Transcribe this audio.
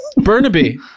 Burnaby